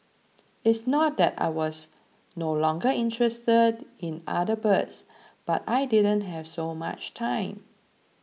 it's not that I was no longer interested in other birds but I didn't have so much time